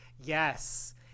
Yes